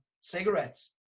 cigarettes